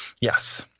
Yes